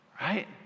right